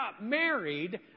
married